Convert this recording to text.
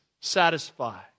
satisfy